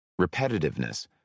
Repetitiveness